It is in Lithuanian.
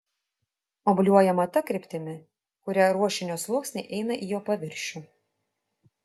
obliuojama ta kryptimi kuria ruošinio sluoksniai eina į jo paviršių